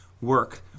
work